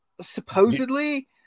supposedly